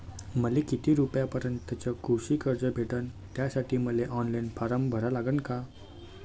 मले किती रूपयापर्यंतचं कृषी कर्ज भेटन, त्यासाठी मले ऑनलाईन फारम भरा लागन का?